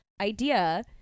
idea